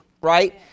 right